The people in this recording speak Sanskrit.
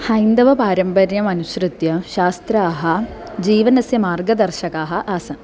हैन्दवपारम्पर्यम् अनुसृत्य शास्त्राः जीवनस्य मार्गदर्शकाः आसन्